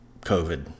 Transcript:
COVID